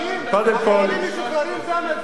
החיילים המשוחררים זה המצביעים?